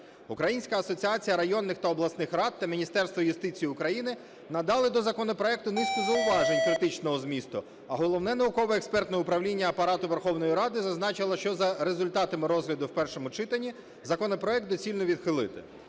Українська асоціація районних та обласних рад та Міністерство юстиції України надали до законопроекту низку зауважень критичного змісту. А Головне науково-експертне управління Апарату Верховної Ради зазначила, що за результатами розгляду в першому читанні законопроект доцільно відхилити.